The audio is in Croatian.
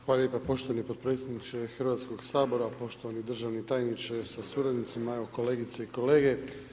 Hvala lijepa poštovani potpredsjedniče Hrvatskoga, poštovani državni tajniče sa suradnicima, evo kolegice i kolege.